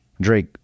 Drake